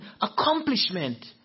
accomplishment